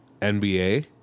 NBA